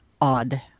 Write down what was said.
odd